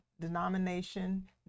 denomination